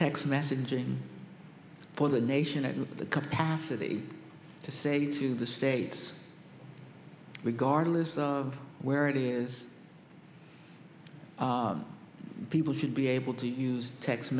text messaging for the nation and with the capacity to say to the states regardless of where it is people should be able to use text